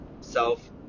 self